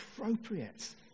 appropriate